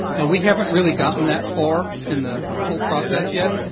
and we haven't really gotten that far in the whole process yet.